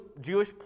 Jewish